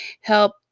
help